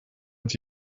het